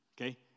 Okay